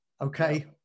okay